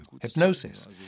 hypnosis